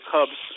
Cubs